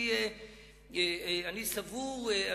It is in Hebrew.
אני סבור,